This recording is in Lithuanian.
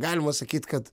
galima sakyt kad